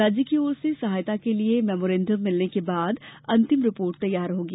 राज्य की ओर से सहायता के लिये मेमोरेंडम मिलने के बाद अंतिम रिपोर्ट तैयार होगी